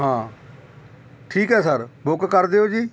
ਹਾਂ ਠੀਕ ਹੈ ਸਰ ਬੁੱਕ ਕਰ ਦਿਓ ਜੀ